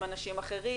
עם אנשים אחרים,